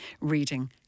reading